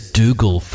Dougal